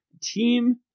team